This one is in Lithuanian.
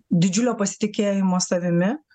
didžiulio pasitikėjimo savimi